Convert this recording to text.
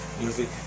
music